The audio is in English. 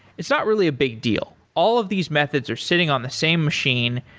it's not really a big deal. all of these methods are sitting on the same machine.